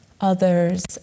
others